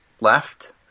left